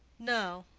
no,